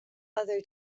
other